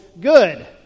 good